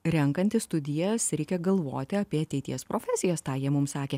renkantis studijas reikia galvoti apie ateities profesijas tą jie mums sakė